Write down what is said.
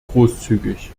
großzügig